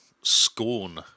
Scorn